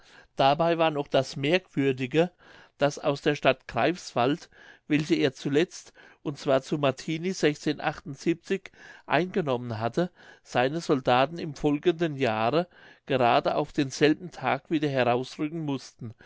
dabei war noch das merkwürdige daß aus der stadt greifswald welche er zuletzt und zwar zu martini eingenommen hatte seine soldaten im folgenden jahre gerade auf denselben tag wieder herausrücken mußten